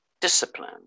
discipline